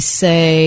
say –